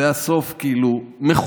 זה היה הסוף, מחוסנת,